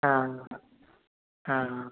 ஆ ஆ